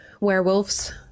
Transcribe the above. werewolves